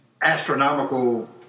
astronomical